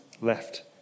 left